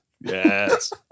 Yes